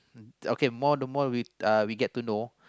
okay the more the more we get to know